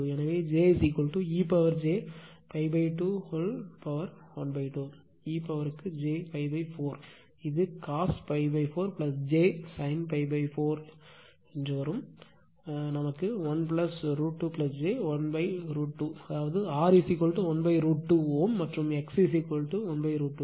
எனவே j ej π 2 ½ e பவர்க்கு j π 4 இது cos π 4 j sin π 4 1 √ 2 j 1 √ 2 அதாவது R 1 √ 2 Ω மற்றும் X மேலும் 1 √ 2